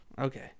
Okay